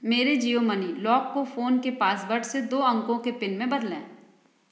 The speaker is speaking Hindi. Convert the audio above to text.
मेरे जियो मनी लौक को फ़ोन के पासवर्ड से दो अंकों के पिन में बदलें